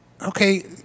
okay